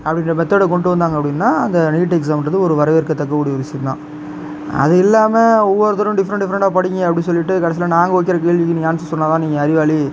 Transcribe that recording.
அப்படிங்கிற மெத்தடை கொண்டுவந்தாங்க அப்படின்னா அந்த நீட் எக்ஸாம்ன்றது ஒரு வரவேற்கதக்க கூடிய விஷயம் தான் அது இல்லாமல் ஒவ்வொரு தடவையும் டிஃப்பரண்ட் டிஃப்பரண்டாக படிங்க அப்படின் சொல்லிவிட்டு கடைசியில் நாங்கள் கேட்குற கேள்விக்கு நீங்கள் ஆன்ஸர் சொன்னால்தான் நீங்கள் அறிவாளி